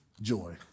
joy